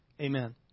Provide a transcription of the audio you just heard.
Amen